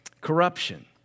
Corruption